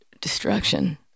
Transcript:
destruction